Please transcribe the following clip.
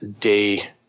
day